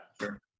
sure